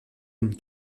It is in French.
une